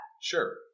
Sure